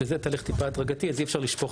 שזה תהליך טיפה הדרגתי כך שאי-אפשר לשפוך